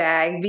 Bag